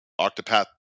Octopath